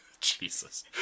Jesus